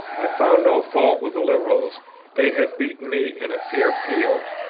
i found no fault with the liberals they had beaten me in a fair field.